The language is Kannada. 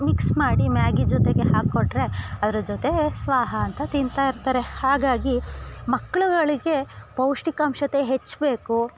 ಮಿಕ್ಸ್ ಮಾಡಿ ಮ್ಯಾಗಿ ಜೊತೆಗೆ ಹಾಕ್ಕೊಟ್ರೆ ಅದ್ರ ಜೊತೆ ಸ್ವಾಹ ಅಂತ ತಿಂತಾ ಇರ್ತಾರೆ ಹಾಗಾಗಿ ಮಕ್ಕಳುಗಳಿಗೆ ಪೌಷ್ಟಿಕಾಂಶತೆ ಹೆಚ್ಚು ಬೇಕು